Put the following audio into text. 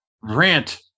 rant